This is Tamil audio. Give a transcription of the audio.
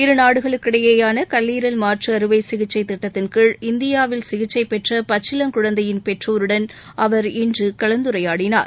இருநாடுகளிடையேயான கல்லீரல் மாற்று அறுவை சிகிச்சை திட்டத்தின் கீழ் இந்தியாவில் சிகிச்சை பெற்ற பச்சிளங் குழந்தையின் பெற்றோருடன் அவர் இன்று கலந்துரையாடினார்